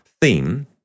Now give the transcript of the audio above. theme